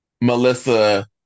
Melissa